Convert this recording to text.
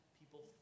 people